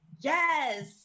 Yes